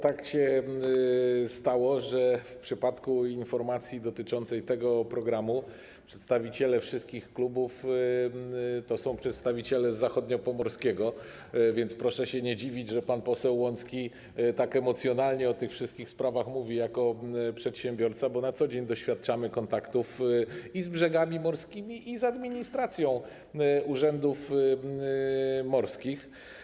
Tak się stało, że w przypadku informacji dotyczącej tego programu przedstawiciele wszystkich klubów to są przedstawiciele z województwa zachodniopomorskiego, więc proszę się nie dziwić, że pan poseł Łącki tak emocjonalnie o tych wszystkich sprawach mówi jako przedsiębiorca, bo na co dzień doświadczamy kontaktów i z brzegami morskimi, i z administracją urzędów morskich.